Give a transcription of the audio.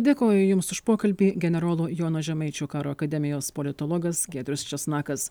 dėkoju jums už pokalbį generolo jono žemaičio karo akademijos politologas giedrius česnakas